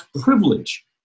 privilege